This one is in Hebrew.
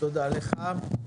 תודה לך.